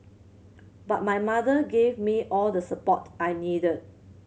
but my mother gave me all the support I needed